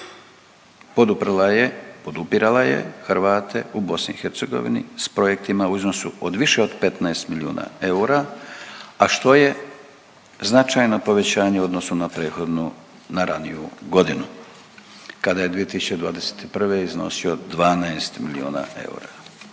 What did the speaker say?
podupirala je Hrvate u BiH s projektima u iznosu od više od 15 milijuna eura, a što je značajno povećanje u odnosu na prethodnu na raniju godinu kada je 2021. iznosio 12 milijuna eura.